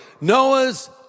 Noah's